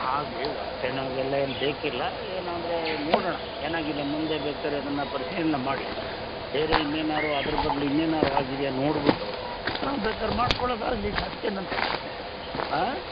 ಆಗಿಲಿ ಹೊಟ್ಟೆ ನೋವಿಗೆಲ್ಲ ಏನೂ ಬೇಕಿಲ್ಲ ಏನಂದರೆ ನೋಡೋಣ ಏನಾಗಿದೆ ಮುಂದೆ ಬೇಕಾದ್ರೆ ಅದನ್ನು ಪರಿಶೀಲ್ನೆ ಮಾಡಿ ಬೇರೆ ಇನ್ನೇನಾದ್ರು ಅದ್ರ ಬದ್ಲು ಇನ್ನೇನಾದ್ರು ಆಗಿದೆಯಾ ನೋಡ್ಬಿಟ್ಟು ಆಂ ಬೇಕಾರೆ ಮಾಡಿಕೊಡೋದಾಗ್ಲಿ ಅದಕ್ಕೇನಂತೆ ಆಂ